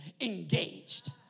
engaged